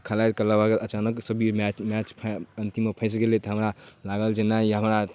खेलाइके अलावा अचानक सब मैच मैच अन्तिममे फँसि गेलै तऽ हमरा जे लागल जे नहि ई हमरा बहुत